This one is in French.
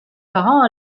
parents